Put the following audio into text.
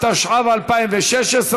התשע"ו 2016,